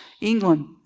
England